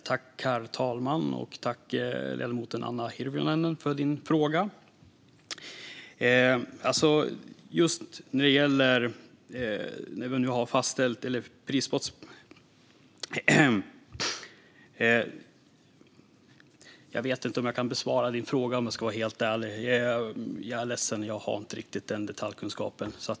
Herr talman! Tack, ledamoten Annika Hirvonen, för frågan! Just när det gäller detta vet jag inte om jag kan besvara frågan, om jag ska vara helt ärlig. Jag är ledsen - jag har inte riktigt den detaljkunskapen.